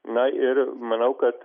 na ir manau kad